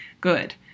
good